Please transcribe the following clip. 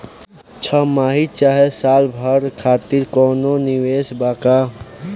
छमाही चाहे साल भर खातिर कौनों निवेश बा का?